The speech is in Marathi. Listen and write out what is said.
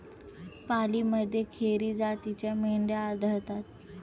पालीमध्ये खेरी जातीच्या मेंढ्या आढळतात